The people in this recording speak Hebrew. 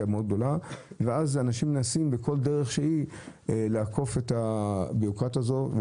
גדולה מאוד ואז אנשים מנסים בכל דרך שהיא לעקוף את הבירוקרטיה הזו.